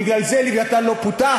בגלל זה "לווייתן" לא פותח.